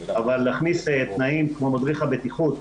אבל להכניס תנאים כמו מדריך הבטיחות